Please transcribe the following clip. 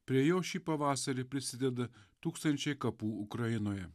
prie jo šį pavasarį prisideda tūkstančiai kapų ukrainoje